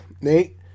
Nate